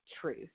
truth